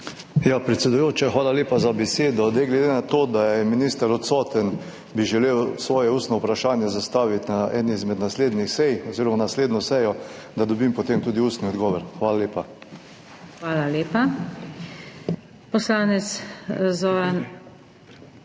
Predsedujoča, hvala lepa za besedo. Glede na to, da je minister odsoten, bi želel svoje ustno vprašanje zastaviti na eni izmed naslednjih sej oziroma naslednjo sejo, da dobim potem tudi ustni odgovor. Hvala lepa. **PODPREDSEDNICA